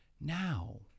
now